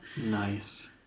Nice